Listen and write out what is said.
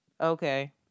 Okay